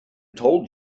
told